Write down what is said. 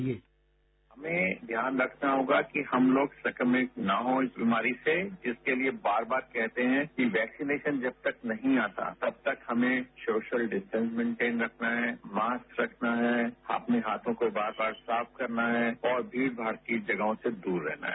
sound bite हमें ध्यान रखना होगा कि हम लोग संक्रमित न हो इस बीमारी से जिसके लिए बार बार कहते हैं कि वैक्सीनेशन जब तक नहीं आता तब तक हमें सोशल डिस्टॅस मेंटेन रखना है मास्क रखना है अपने हाथों को बार बार साफ करना है और भीड़ भाड़ जगहों से दूर रहना है